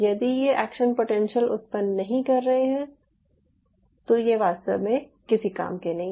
यदि ये action potential उत्पन्न नहीं कर रहे हैं तो ये वास्तव में किसी काम के नहीं है